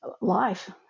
life